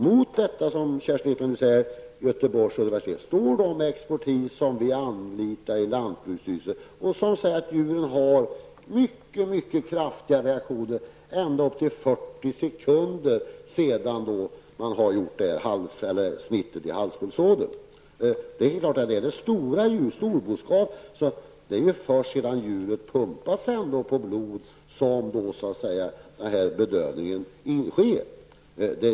Mot det utlåtande från Göteborgs universitet som Kerstin Ekman anförde står de experter vi anlitar inom lantbruksstyrelsen, vilka säger att djuren har mycket mycket kraftiga reaktioner ända upp till 40 sekunder efter det att man har gjort snittet i halspulsådern. När det gäller stora djur, storboskap, är det sedan djuret har pumpats på blod som bedövningen sker.